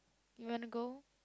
you want to go